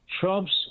Trump's